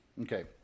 okay